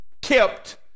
kept